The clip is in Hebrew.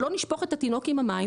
שלא נשפוך את התינוק עם המים,